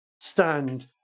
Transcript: stand